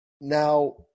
Now